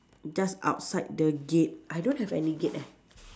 just outside the gate I don't have any gate eh